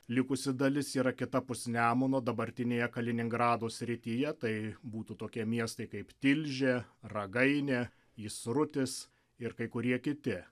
likusi dalis yra kitapus nemuno dabartinėje kaliningrado srityje tai būtų tokie miestai kaip tilžė ragainė įsrutis ir kai kurie kiti